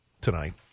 tonight